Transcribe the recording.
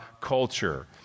culture